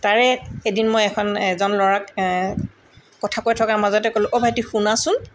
তাৰে এদিন মই এখন এজন ল'ৰাক কথা কৈ থকাৰ মাজতে ক'লোঁ অঁ ভাইটি শুনাচোন